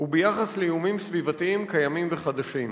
וביחס לאיומים סביבתיים קיימים וחדשים.